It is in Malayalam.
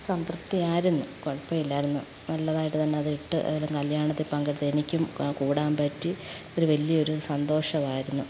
സംതൃപ്തിയായിരുന്നു കുഴപ്പമില്ലായിരുന്നു നല്ലതായിട്ടു തന്നെ അത് ഇട്ട് ഏതെങ്കിലും കല്യാണത്തിൽ പങ്കെടുത്താൽ എനിക്കും ക കൂടാൻ പറ്റി ഒരു വലിയൊരു സന്തോഷമായിരുന്നു